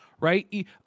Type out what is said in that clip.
right